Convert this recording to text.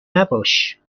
نباش